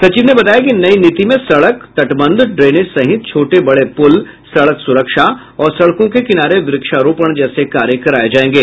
सचिव ने बताया कि नई नीति में सड़क तटबंध ड्रेनेज सहित छोटे बड़े पुल सड़क सुरक्षा और सड़कों के किनारे वृक्षारोपण जैसे कार्य कराये जायेंगे